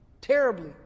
terribly